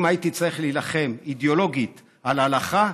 אם הייתי צריך להילחם אידיאולוגית על ההלכה,